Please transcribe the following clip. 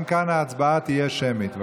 גם כאן ההצבעה תהיה שמית.